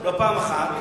לא פעם אחת,